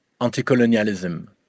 anti-colonialism